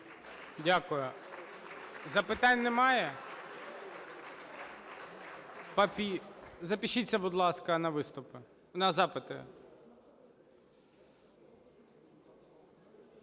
Дякую. Запитань немає? Запишіться, будь ласка, на запити.